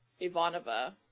Ivanova